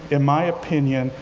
in my opinion,